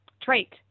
trait